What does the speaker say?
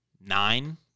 nine